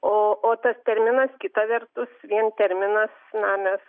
o o tas terminas kita vertus vien terminas na mes